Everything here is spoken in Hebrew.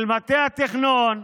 של מטה התכנון,